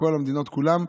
מכל המדינות כולן,